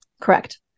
Correct